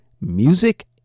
Music